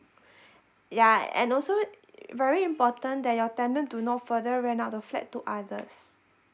yeah and also i~ very important that your tenant do not further rent out the flat to others